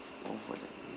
over